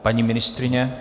Paní ministryně?